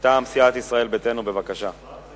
מטעם סיעת ישראל ביתנו, בבקשה.